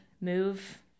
move